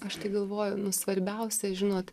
aš tai galvoju nu svarbiausia žinoti